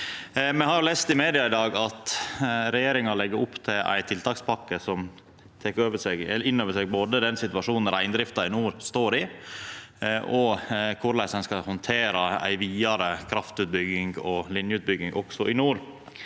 Me har lese i media i dag at regjeringa legg opp til ei tiltakspakke som tek inn over seg både den situasjonen reindrifta no står i, og korleis ein skal handtera ei vidare kraftutbygging og linjeutbygging òg i nord.